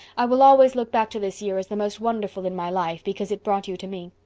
i will always look back to this year as the most wonderful in my life because it brought you to me.